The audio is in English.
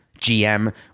GM